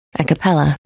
Acapella